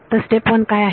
तर स्टेप 1 काय आहे